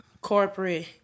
corporate